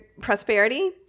prosperity